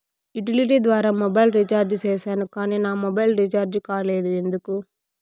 Utility ద్వారా mobile recharge సేసాను కానీ నా మొబైల్ రీచార్జి కాలేదు ఎందుకు?